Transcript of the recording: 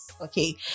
okay